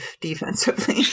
defensively